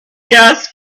gas